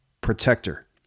protector